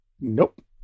Nope